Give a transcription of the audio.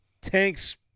Tanks